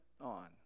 on